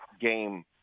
game